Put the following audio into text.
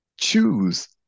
choose